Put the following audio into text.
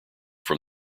from